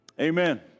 amen